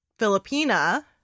Filipina